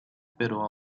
pero